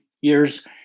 years